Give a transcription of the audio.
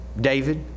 David